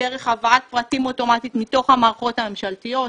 דרך הבאת פרטים אוטומטית מתוך המערכות הממשלתיות,